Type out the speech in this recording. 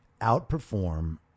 outperform